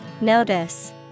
Notice